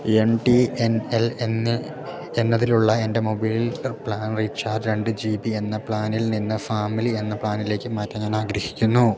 M T N L എന്ന എന്നതിലുള്ള എൻ്റെ മൊബൈൽ പ്ലാൻ റീചാർജ് രണ്ട് ജി ബി എന്ന പ്ലാനിൽ നിന്ന് ഫാമിലി എന്ന പ്ലാനിലേക്ക് മാറ്റാൻ ഞാൻ ആഗ്രഹിക്കുന്നു